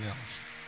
else